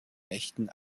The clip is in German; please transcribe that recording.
mächten